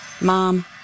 Mom